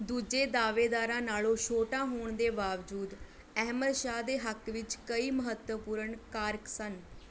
ਦੂਜੇ ਦਾਅਵੇਦਾਰਾਂ ਨਾਲੋਂ ਛੋਟਾ ਹੋਣ ਦੇ ਬਾਵਜੂਦ ਅਹਿਮਦ ਸ਼ਾਹ ਦੇ ਹੱਕ ਵਿੱਚ ਕਈ ਮਹੱਤਵਪੂਰਨ ਕਾਰਕ ਸਨ